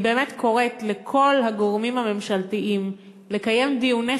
אני באמת קוראת לכל הגורמים הממשלתיים לקיים דיוני